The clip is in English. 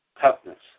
Toughness